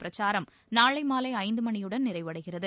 பிரச்சாரம் நாளை மாலை ஐந்து மணியுடன் நிறைவடைகிறது